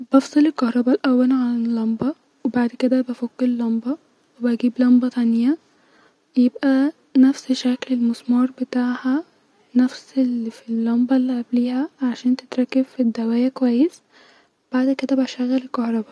بفصل الكهربا الاول عن اللمبه وبفط اللمبه وبجيب لمبه تانيه-يبقي نفس شكل المسمار بتاعها نفس الي في اللمبه الي قبليها-عشان تتركب في الدوايه كويس-بعد كده بشغل الكهربا